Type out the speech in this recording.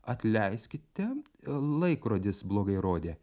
atleiskite laikrodis blogai rodė